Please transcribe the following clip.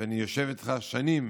אני יושב איתך שנים